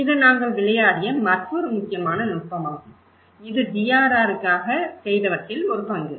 இது நாங்கள் விளையாடிய மற்றொரு முக்கியமான நுட்பமாகும் இது DRRக்காக செய்தவற்றில் ஒரு பங்கு